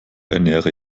ernähre